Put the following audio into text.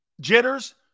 jitters